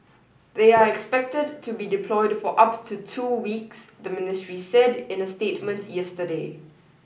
they are expected to be deployed for up to two weeks the ministry said in a statement yesterday